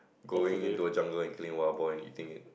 going into a jungle and killing wild boar and eating it